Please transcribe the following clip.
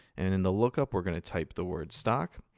and in the lookup, we're going to type the word stock,